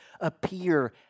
appear